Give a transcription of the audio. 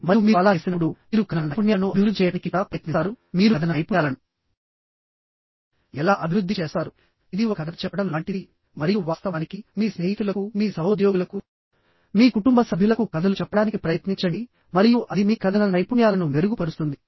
మరియు మీరు అలా చేసినప్పుడుమీరు కథన నైపుణ్యాలను అభివృద్ధి చేయడానికి కూడా ప్రయత్నిస్తారు మీరు కథన నైపుణ్యాలను ఎలా అభివృద్ధి చేస్తారుఇది ఒక కథ చెప్పడం లాంటిది మరియు వాస్తవానికి మీ స్నేహితులకు మీ సహోద్యోగులకు మీ కుటుంబ సభ్యులకు కథలు చెప్పడానికి ప్రయత్నించండి మరియు అది మీ కథన నైపుణ్యాలను మెరుగుపరుస్తుంది